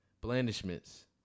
Blandishments